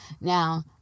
Now